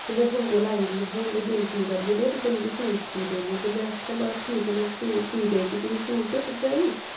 ते में थुआढ़े कोल आई दी अहें हून में दो सूट आह्न्ने दे तुसें मिगी सूट सी देने ते में आकेआ महां ठीक ऐ में सिउ सी देई'ड़गी तुगी सूट भरजाई